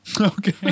Okay